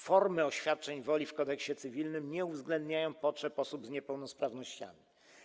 Formy oświadczeń woli w Kodeksie cywilnym nie uwzględniają potrzeb osób z niepełnosprawnościami.